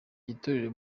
igiturire